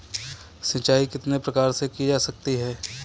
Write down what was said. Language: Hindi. सिंचाई कितने प्रकार से की जा सकती है?